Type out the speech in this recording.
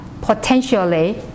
potentially